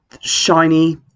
shiny